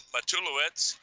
Matulowitz